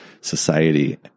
society